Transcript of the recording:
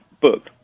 book